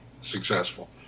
successful